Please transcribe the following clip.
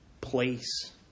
place